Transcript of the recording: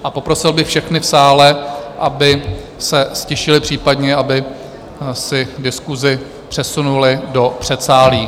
A poprosil bych všechny v sále, aby se ztišili, případně aby si diskusi přesunuli do předsálí.